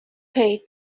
pay